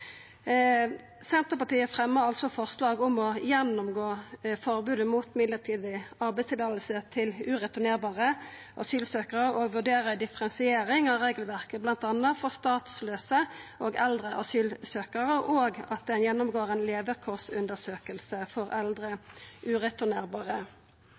Senterpartiet. Forslaget lyder: «Stortinget ber regjeringen gjennomgå forbudet mot midlertidig arbeidstillatelse til ureturnerbare asylsøkere og vurdere en differensiering av regelverket blant annet for statsløse og eldre asylsøkere.» Sosialistisk Venstreparti har varslet støtte til forslaget. Miljøpartiet De Grønne og